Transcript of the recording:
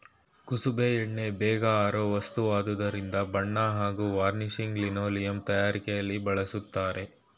ಕುಸುಬೆ ಎಣ್ಣೆ ಬೇಗ ಆರೋ ವಸ್ತುವಾದ್ರಿಂದ ಬಣ್ಣ ಹಾಗೂ ವಾರ್ನಿಷ್ ಲಿನೋಲಿಯಂ ತಯಾರಿಕೆಲಿ ಬಳಸ್ತರೆ